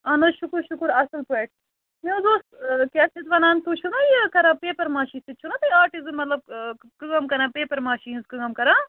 اَہَن حظ شُکُر شُکُر اَصٕل پٲٹھۍ مےٚ حظ اوس کیٛاہ چھِ اَتھ وَنان تُہۍ چھِو نا یہِ کَران پیپَر ماشی سۭتۍ چھُنا تُہۍ آٹِزٕ مطلب کٲم کَران پیپَر ماشی ہٕنٛز کٲم کَران